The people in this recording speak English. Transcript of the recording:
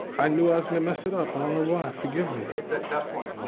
i knew i was going to mess it up. i don't know why, forgive me. it's a tough one.